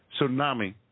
tsunami